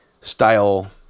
style